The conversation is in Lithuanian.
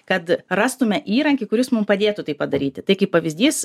kad rastume įrankį kuris mum padėtų tai padaryti tai kaip pavyzdys